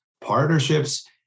partnerships